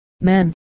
Men